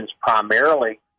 primarily